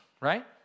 right